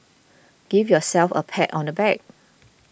give yourselves a pat on the back